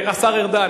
השר ארדן,